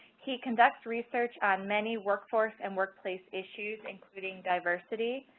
he conducts research on many workforce and work place issues, including diverse city,